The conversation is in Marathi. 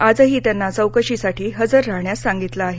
आजही त्यांना चौकशीसाठी हजर राहण्यास सांगितलं आहे